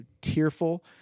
tearful